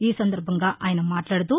ఈ సందర్బంగా ఆయన మాట్లాడుతూ